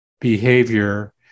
behavior